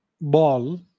ball